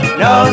no